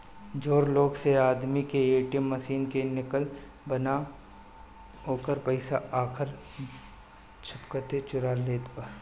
चोर लोग स आदमी के ए.टी.एम मशीन के नकल बना के ओकर पइसा आख झपकते चुरा लेत बा